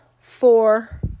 four